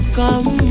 come